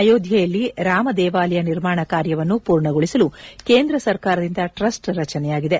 ಅಯೋಧ್ಯೆಯಲ್ಲಿ ರಾಮ ದೇವಾಲಯ ನಿರ್ಮಾಣ ಕಾರ್ಯವನ್ನು ಪೂರ್ಣಗೊಳಿಸಲು ಕೇಂದ್ರ ಸರ್ಕಾರದಿಂದ ಟ್ರಸ್ಟ್ ರಚನೆಯಾಗಿದೆ